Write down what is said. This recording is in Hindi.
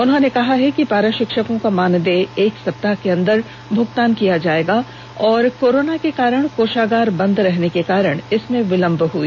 उन्होंने कहा है कि पारा शिक्षकों का मानदेय एक सप्ताह के अंदर भूगतान किया जाएगा और कोरोना के कारण कोषागार बंद रहने के कारण विलंब हई